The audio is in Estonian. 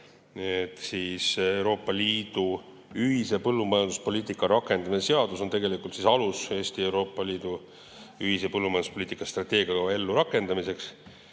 et Euroopa Liidu ühise põllumajanduspoliitika rakendamise seadus on tegelikult alus Eestis Euroopa Liidu ühise põllumajanduspoliitika strateegiakava ellurakendamiseks.